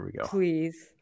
Please